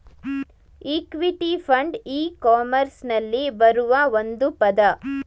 equity fund ಇ ಕಾಮರ್ಸ್ನಲ್ಲಿ ಬರುವ ಒಂದು ಪದ